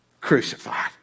crucified